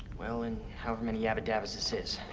well, in however many yabbadabbas this is.